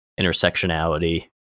intersectionality